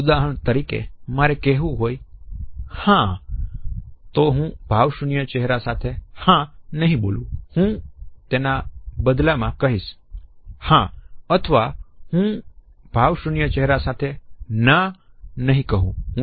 ઉદાહરણ તરીકે મારે કહેવું હોય 'હા' તો હું ભાવશૂન્ય ચહેરા સાથે 'હા નહિ બોલું